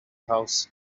house